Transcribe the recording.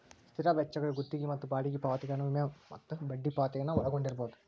ಸ್ಥಿರ ವೆಚ್ಚಗಳು ಗುತ್ತಿಗಿ ಮತ್ತ ಬಾಡಿಗಿ ಪಾವತಿಗಳನ್ನ ವಿಮೆ ಮತ್ತ ಬಡ್ಡಿ ಪಾವತಿಗಳನ್ನ ಒಳಗೊಂಡಿರ್ಬಹುದು